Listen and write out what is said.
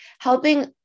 helping